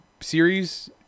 series